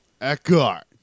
Eckhart